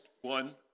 one